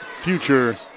future